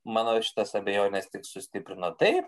mano šitas abejones tik sustiprino taip